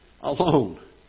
alone